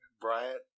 Bryant